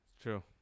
True